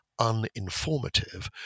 uninformative